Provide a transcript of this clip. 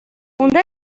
унта